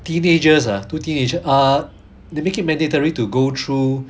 teenagers ah two teenagers ah they make it mandatory to go through